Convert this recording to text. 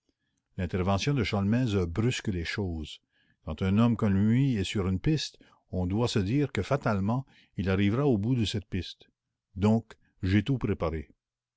l'intervention de sholmès brusque les choses quand un homme comme lui est sur une piste on doit se dire que fatalement il arrivera au bout de cette piste donc j'ai tout préparé